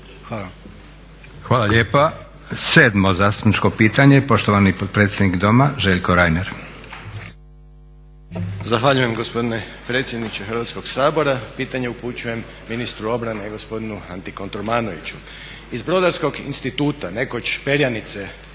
(SDP)** Hvala lijepa. 7. zastupničko pitanje, poštovani potpredsjednik Doma Željko Reiner. **Reiner, Željko (HDZ)** Zahvaljujem gospodine predsjedniče Hrvatskog sabora, pitanje upućujem ministru obrane gospodinu Anti Kotromanoviću. Iz Brodarskog instituta, nekoć perjanice